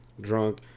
drunk